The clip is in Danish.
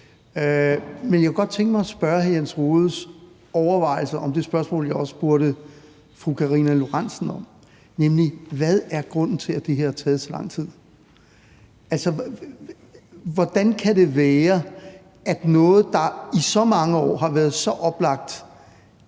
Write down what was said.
Jeg kunne godt tænke mig at spørge om hr. Jens Rohdes overvejelser om det spørgsmål, jeg også stillede til fru Karina Lorentzen Dehnhardt, nemlig hvad grunden er til, at det her har taget så lang tid. Hvordan kan det være, at noget, der i så mange år har været så oplagt,